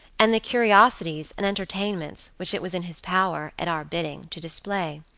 and the curiosities and entertainments which it was in his power, at our bidding, to display.